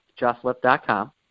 josslip.com